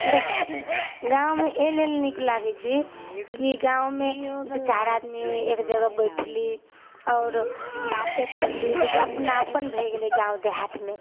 देखू गाँवमे एहि लेल नीक लागै छै कि गाँवमे दू चारि आदमी एक जगह बैठली आओर बाते करली जाहिसँ अपनापन भऽ गेलै गाँव देहातमे